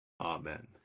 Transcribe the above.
Amen